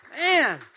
Man